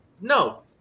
No